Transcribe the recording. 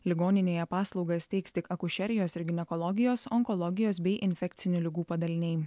ligoninėje paslaugas teiks tik akušerijos ir ginekologijos onkologijos bei infekcinių ligų padaliniai